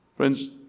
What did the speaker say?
Friends